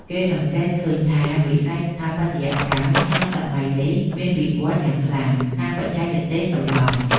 គេសង្កេតឃើញថា វិស័យស្ថាបត្យកម្មក្នុងសម័យនេះមាន វិវឌ្ឍន៍យ៉ាងខ្លាំងខាងបច្ចេកទេសសំណង់។